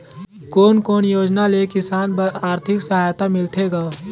कोन कोन योजना ले किसान बर आरथिक सहायता मिलथे ग?